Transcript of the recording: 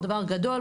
דבר גדול,